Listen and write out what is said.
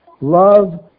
Love